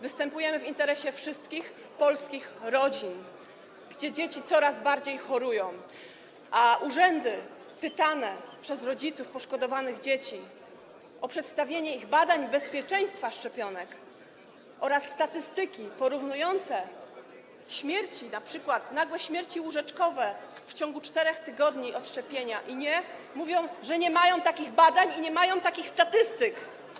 Występujemy w interesie wszystkich polskich rodzin, w których dzieci coraz bardziej chorują, a urzędy pytane przez rodziców poszkodowanych dzieci o przedstawienie ich badań, bezpieczeństwa szczepionek oraz statystyki porównujące śmierci, np. nagłe śmierci łóżeczkowe w ciągu 4 tygodni od szczepienia i nie, mówią, że nie mają takich badań i nie mają takich statystyk.